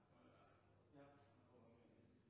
Jensen